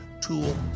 tool